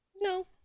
No